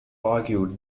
argued